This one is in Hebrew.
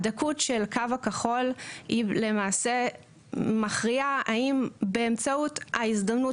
הדקות של הקו הכחול היא למעשה מכריעה האם באמצעות ההזדמנות